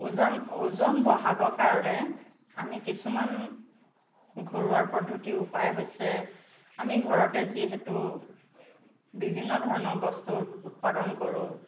ওজান ওজন বঢ়াবৰ কাৰণে আমি কিছুমান ঘৰুৱা পদ্ধতিৰ উপায় হৈছে আমি ঘৰতে যিহেতু বিভিন্ন ধৰণৰ বস্তু উৎপাদন কৰোঁ